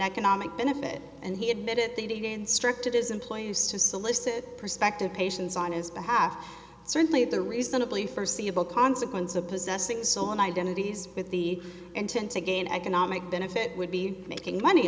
economic benefit and he admitted they did instructed his employers to solicit prospective patients on his behalf certainly the reasonably first seeable consequence of possessing so and identities with the intent to gain economic benefit would be making money